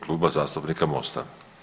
Kluba zastupnika Mosta.